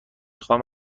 خواهم